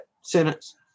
sentence